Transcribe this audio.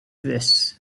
this